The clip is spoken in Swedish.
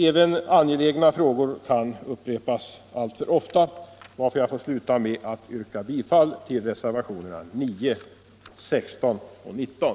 Även angelägna frågor kan upprepas alltför ofta, varför jag slutar med att yrka bifall till reservationerna 9, 16 och 19.